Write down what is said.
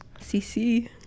cc